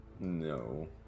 No